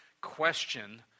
question